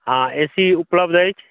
हँ A C उपलब्ध अछि